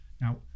Now